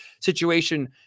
situation